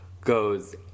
goes